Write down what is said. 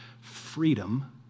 freedom